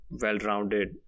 well-rounded